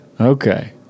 Okay